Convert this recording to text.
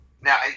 Now